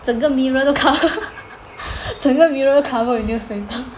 整个 mirror cover cover with newspaper